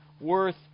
worth